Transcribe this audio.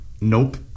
nope